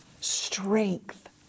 strength